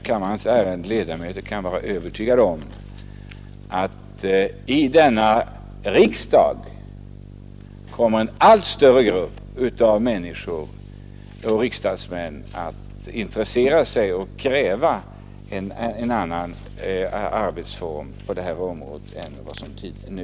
Kammarens ärade ledamöter kan dock vara övertygade om att en allt större grupp av allmänheten och bland riksdagsmännen kommer att intressera sig för och kräva en annan arbetsform på detta område än vi har nu.